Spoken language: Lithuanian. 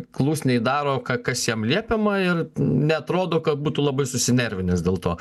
klusniai daro ką kas jam liepiama ir neatrodo kad būtų labai susinervinęs dėl to